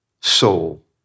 soul